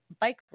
bike